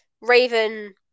Raven